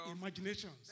imaginations